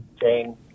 Jane